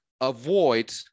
avoid